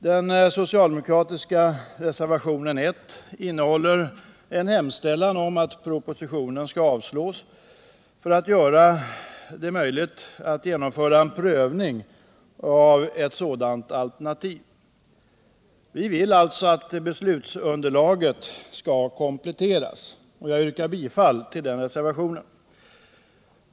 Den socialdemokratiska reservationen 1 innehåller en hemställan om att propositionen skall avslås för att göra det möjligt att genomföra en prövning av ett sådant alternativ. Vi vill alltså att beslutsunderlaget skall kompletteras. Jag yrkar bifall till reservationen 1.